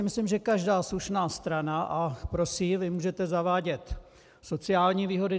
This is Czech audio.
Myslím si, že každá slušná strana, a prosím, vy můžete zavádět sociální výhody.